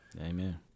amen